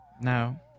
No